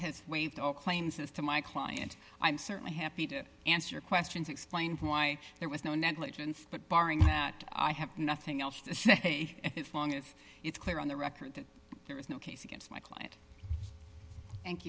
has waived all claims as to my client i'm certainly happy to answer questions explain why there was no negligence but barring that i have nothing else to say and it's long if it's clear on the record that there is no case against my client thank